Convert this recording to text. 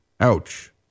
Ouch